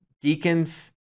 Deacon's